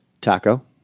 Taco